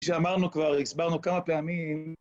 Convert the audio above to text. כפי שאמרנו כבר, הסברנו כמה פעמים...